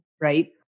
right